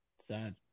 Sad